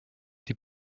die